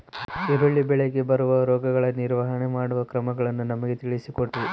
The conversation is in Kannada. ಈರುಳ್ಳಿ ಬೆಳೆಗೆ ಬರುವ ರೋಗಗಳ ನಿರ್ವಹಣೆ ಮಾಡುವ ಕ್ರಮಗಳನ್ನು ನಮಗೆ ತಿಳಿಸಿ ಕೊಡ್ರಿ?